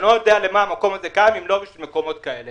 אני לא יודע לשם מה המקום הזה קיים אם לא בשביל אסונות כאלה.